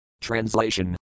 Translation